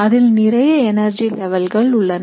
அதில் நிறைய எனர்ஜி லெவல்கள் உள்ளன